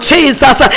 Jesus